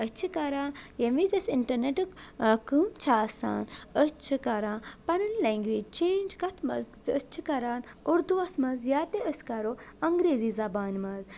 أسۍ چھِ کران ییٚمہِ وِزِ اسہِ انٹرنیٹُک کٲم چھِ آسان أسۍ چھِ کران پنٕنۍ لینگویج چینج کتھ منٛز زِ أسۍ چھِ کران اردوٗوس منٛز یا تہِ أسۍ کرو انگریٖزی زبانہِ منٛز